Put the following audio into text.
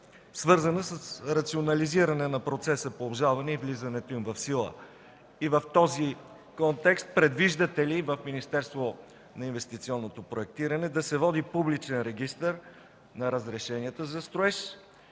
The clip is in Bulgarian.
свързана с рационализиране на процеса по обжалване и влизането им в сила? В този контекст, предвиждате ли в Министерството на инвестиционното проектиране да се води публичен регистър на разрешенията за строеж